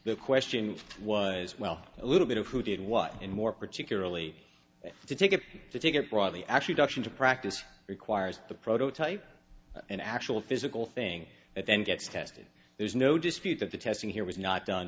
the question was well a little bit of who did what and more particularly to take it take it broadly actually ducked into practice requires the prototype and actual physical thing that then gets tested there's no dispute that the testing here was not done